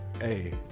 Hey